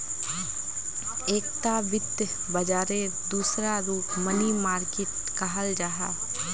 एकता वित्त बाजारेर दूसरा रूप मनी मार्किट कहाल जाहा